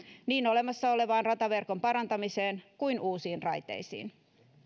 niin olemassa olevan rataverkon parantamiseen kuin uusiin raiteisiin